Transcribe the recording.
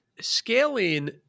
scaling